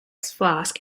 flask